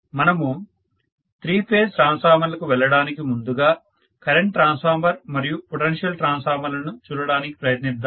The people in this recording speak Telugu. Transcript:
మనము త్రీ ఫేజ్ ట్రాన్స్ఫార్మర్ లకు వెళ్లడానికి ముందుగా కరెంట్ ట్రాన్స్ఫార్మర్ మరియు పొటెన్షియల్ ట్రాన్స్ఫార్మర్లను చూడడానికి ప్రయత్నిద్దాము